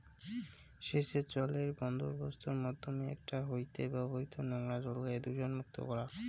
সেচের জলের বন্দোবস্তর মইধ্যে একটা হয়ঠে ব্যবহৃত নোংরা জলকে দূষণমুক্ত করাং